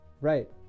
right